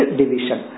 division